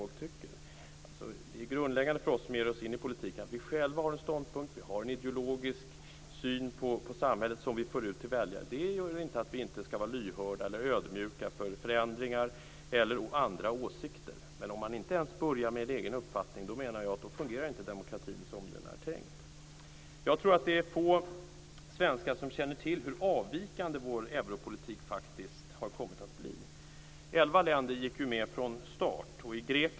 Det är grundläggande för oss som ger oss in i politiken att vi själva har en ståndpunkt, vi har en ideologisk syn på samhället som vi för ut till väljarna. Det innebär inte att vi inte skall vara lyhörda och ödmjuka för förändringar eller andra åsikter. Men om man inte börjar med en egen uppfattning fungerar inte demokratin som den är tänkt. Det är få svenskar som känner till hur avvikande vår europolitik har kommit att bli. Elva länder gick med från start.